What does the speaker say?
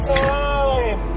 time